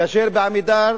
כאשר ב"עמידר"